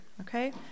okay